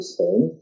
Spain